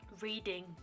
reading